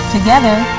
Together